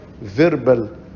verbal